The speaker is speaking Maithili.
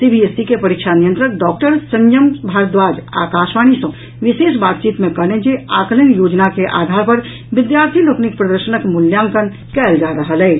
सीबीएसई के परीक्षा नियंत्रक डॉक्टर संयम भारद्वाज आकाशवाणी सँ विशेष बातचीत मे कहलनि जे आकलन योजना के आधार पर विद्यार्थी लोकनिक प्रदर्शनक मूल्यांकन कयल जा रहल अछि